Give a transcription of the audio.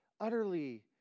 utterly